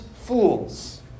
fools